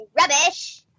rubbish